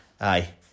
Aye